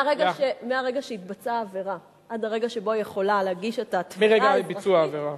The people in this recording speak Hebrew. מרגע שהתבצעה העבירה עד הרגע שבו היא יכולה להגיש את התביעה האזרחית,